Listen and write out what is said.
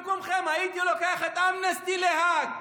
אני במקומכם הייתי לוקח את אמנסטי להאג.